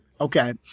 Okay